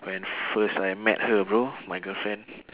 when first I met her bro my girlfriend